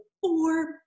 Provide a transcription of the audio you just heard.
four